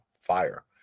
fire